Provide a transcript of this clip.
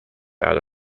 out